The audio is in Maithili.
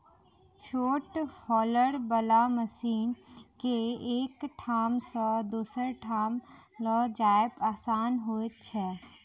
छोट हौलर बला मशीन के एक ठाम सॅ दोसर ठाम ल जायब आसान होइत छै